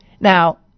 Now